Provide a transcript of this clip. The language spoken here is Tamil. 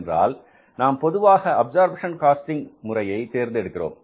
என்றால் நாம் பொதுவாக அப்சர்ப்ஷன் காஸ்டிங் முறையை தேர்ந்தெடுக்கிறோம்